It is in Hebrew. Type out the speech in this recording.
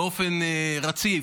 באופן רציף,